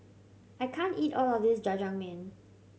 I can't eat all of this Jajangmyeon